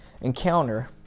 encounter